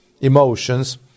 emotions